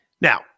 Now